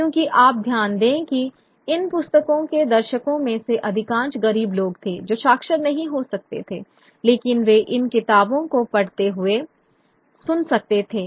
क्योंकि आप ध्यान दें कि इन पुस्तकों के दर्शकों में से अधिकांश गरीब लोग थे जो साक्षर नहीं हो सकते थे लेकिन वे इन पुस्तकों को पढ़ते हुए सुन सकते थे